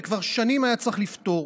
וכבר שנים היה צריך לפתור.